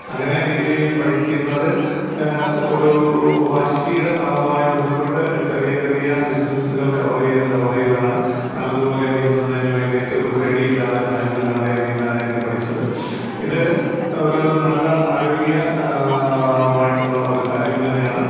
അങ്ങനെ നീന്തി പഠിക്കുന്നത് ഒരൂ വാശിയുടെ ഭാഗമായി ബന്ധപ്പെട്ട് ചെറിയ ചെറിയ ഡിസ്റ്റെൻസുകൾ കവറേയ്ത് കവറേയ്താണ് നല്ലപോലെ നീന്തുന്നതിന് വേണ്ടിയിട്ട് ഒരു പേടിയില്ലാതെ ഭയമില്ലാതെ നീന്താനായിട്ട് പഠിച്ചത് ഇത് ഒരു നല്ല ആരോഗ്യ മായിട്ടുള്ള ഒരു കാര്യം തന്നെയാണ്